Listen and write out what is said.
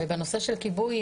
ובנושא של כיבוי,